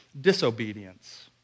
disobedience